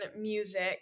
music